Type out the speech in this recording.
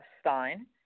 Stein